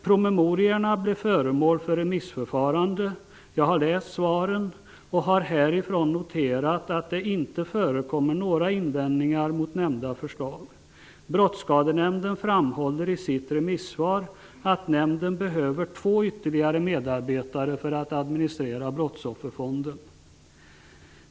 Promemoriorna blev föremål för remissförfarande. Jag har läst svaren och har härifrån noterat att det inte förekom några invändningar mot nämnda förslag. Brottsskadenämnden framhåller i sitt remissvar att nämnden behöver ytterligare två medarbetare för att administrera brottsofferfonden.